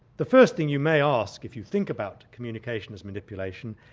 the first thing you may ask if you think about communication as manipulation,